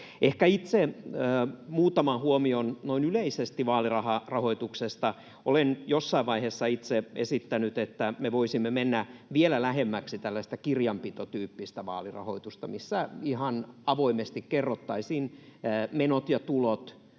Ehkä itse esitän muutaman huomion noin yleisesti vaaliraharahoituksesta. Olen jossain vaiheessa itse esittänyt, että me voisimme mennä vielä lähemmäksi tällaista kirjanpitotyyppistä vaalirahoitusta, missä ihan avoimesti kerrottaisiin menot ja tulot